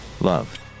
loved